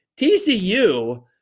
TCU